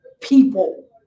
people